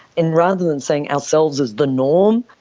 and rather than seeing ourselves as the norm,